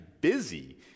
busy